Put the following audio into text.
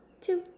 two